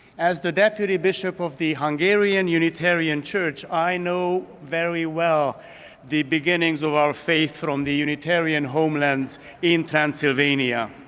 as the deputy bishop of the hungarian unitarian church, i know very well the beginnings of our faith from the unitarian homelands in transylvania.